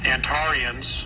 Antarians